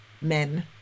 men